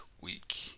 week